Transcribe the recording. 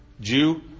Jew